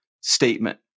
statement